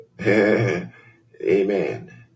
Amen